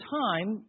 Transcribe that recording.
time